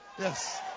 Yes